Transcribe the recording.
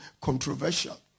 controversial